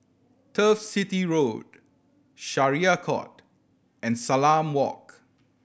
Turf City Road Syariah Court and Salam Walk